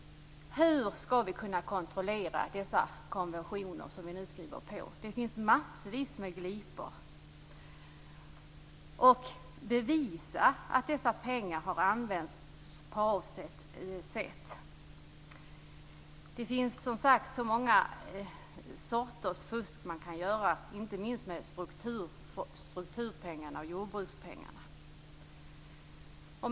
Hur skall vi kunna kontrollera dessa konventioner som vi nu skriver på? Det finns massvis med glipor. Hur skall vi kunna bevisa att dessa pengar har använts på avsett sätt? Det finns så många sorters fusk, inte minst när det gäller strukturpengarna och jordbrukspengarna.